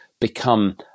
become